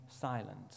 silent